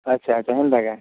ଆଚ୍ଛା ହେନ୍ତାକେ